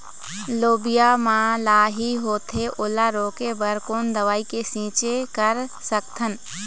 लोबिया मा लाही होथे ओला रोके बर कोन दवई के छीचें कर सकथन?